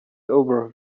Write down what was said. over